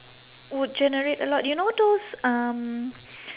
would generate a lot you know those um